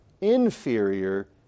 inferior